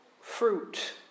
fruit